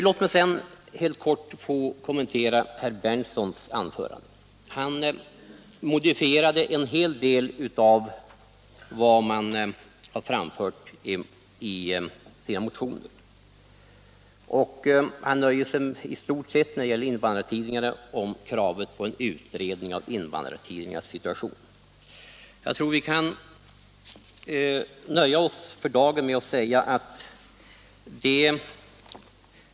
Låt mig sedan helt kort få kommentera herr Berndtsons anförande. Han modifierade en hel del av vad vpk har framfört i sina motioner. För invandrartidningarna nöjde han sig i stort sett med att kräva en utredning om deras situation.